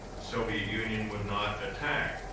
soviet union would not attack,